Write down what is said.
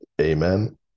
Amen